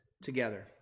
together